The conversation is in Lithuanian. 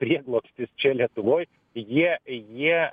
prieglobstis čia lietuvoj jie jie